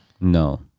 No